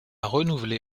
renouvelé